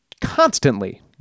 constantly